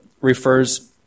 refers